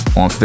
on